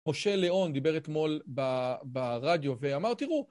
משה ליאון דיבר אתמול ברדיו, ואמר, תראו,